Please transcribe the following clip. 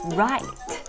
right